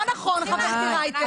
לא נכון, חברתי רייטן.